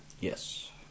Yes